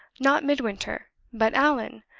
not midwinter, but allan,